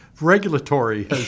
Regulatory